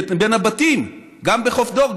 בין הבתים גם בחוף דור,